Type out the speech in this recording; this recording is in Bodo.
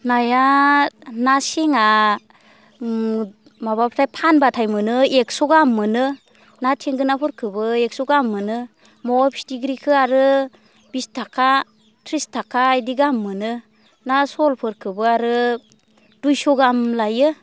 नाया ना सेंआ माबाबाथाय फानबाथाय मोनो एक्स' गाहाम मोनो ना थेंगोनाफोरखौबो एक्स' गाहाम मोनो मावा फिथिख्रिखौ आरो बिस थाखा थ्रिस थाखा बिदि गाहाम मोनो ना सलफोरखौबो आरो दुइस' गाहाम लायो